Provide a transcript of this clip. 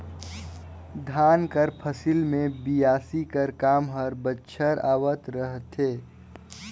धान कर फसिल मे बियासी कर काम हर बछर आवत रहथे